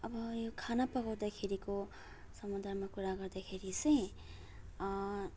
अब यो खाना पकाउँदाखेरिको सन्दर्भमा कुरा गर्दाखेरि चाहिँ